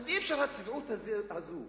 אי-אפשר עם הצביעות הזאת,